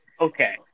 Okay